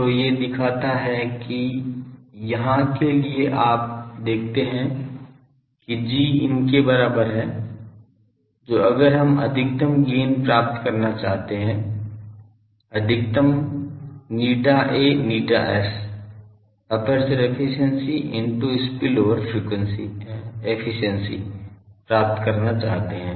तो ये दिखाता है कि यहां के लिए आप देखते हैं कि G इनके बराबर है तो अगर हम अधिकतम गेन प्राप्त करना चाहते हैं अधिकतम ηA ηS aperture efficiency into spillover efficiency प्राप्त करना चाहते हैं